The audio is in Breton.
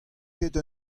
ket